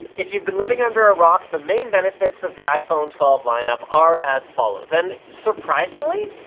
if you've been living under a rock, the main benefits of the iphone twelve lineup are as follows, and surprisingly,